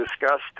discussed